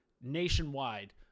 nationwide